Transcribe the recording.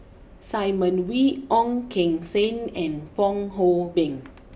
Simon Wee Ong Keng Sen and Fong Hoe Beng